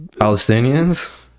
Palestinians